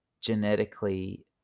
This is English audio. genetically